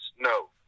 No